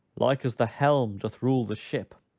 like as the helme doth rule the shippe,